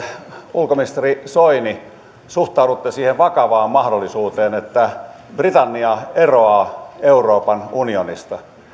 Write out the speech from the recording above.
ulkoministeri soini suhtaudutte siihen vakavaan mahdollisuuteen että britannia eroaa euroopan unionista